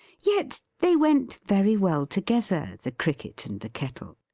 yet they went very well together, the cricket and the kettle.